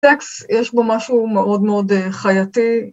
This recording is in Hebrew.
‫סקס יש בו משהו מאוד מאוד חייתי.